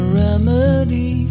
remedy